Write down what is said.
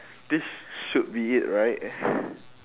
this should be it right